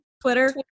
Twitter